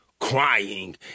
crying